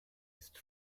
ist